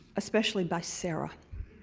especially by sarah,